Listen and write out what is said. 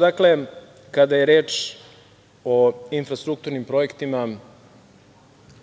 dakle, kada je reč o infrastrukturnim projektima,